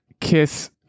kiss